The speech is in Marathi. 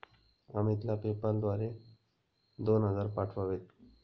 अमितला पेपाल द्वारे दोन हजार पाठवावेत